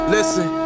Listen